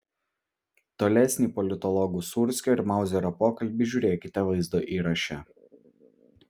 tolesnį politologų sūrskio ir mauzerio pokalbį žiūrėkite vaizdo įraše